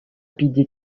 питӗ